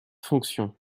fonction